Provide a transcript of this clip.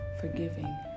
forgiving